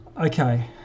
Okay